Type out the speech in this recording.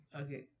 Okay